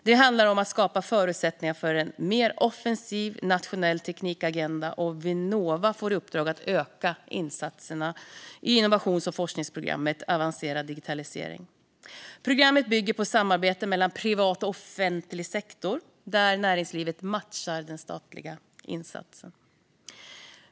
Det handlar om att skapa förutsättningar för en mer offensiv nationell teknikagenda. Vinnova får i uppdrag att öka insatserna i innovations och forskningsprogrammet Avancerad digitalisering. Programmet bygger på samarbete mellan privat och offentlig sektor, där näringslivet matchar den statliga insatsen.